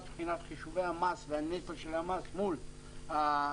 מבחינת חישובי המס והנטל של המס מול החברות,